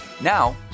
Now